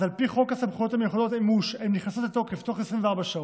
על פי חוק הסמכויות המיוחדות הן נכנסות לתוקף בתוך 24 שעות,